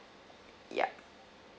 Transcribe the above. yup